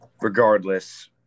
regardless